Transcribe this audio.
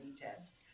test